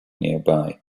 nearby